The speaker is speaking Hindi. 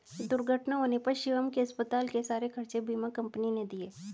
दुर्घटना होने पर शिवम के अस्पताल के सारे खर्चे बीमा कंपनी ने दिए